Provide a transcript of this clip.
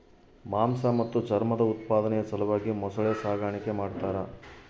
ಮಾಂಸ ಮತ್ತು ಚರ್ಮದ ಉತ್ಪಾದನೆಯ ಸಲುವಾಗಿ ಮೊಸಳೆ ಸಾಗಾಣಿಕೆ ಮಾಡ್ತಾರ